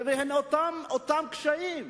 אלה אותם קשיים.